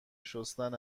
شستن